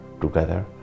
together